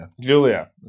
julia